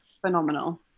Phenomenal